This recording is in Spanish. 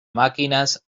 máquinas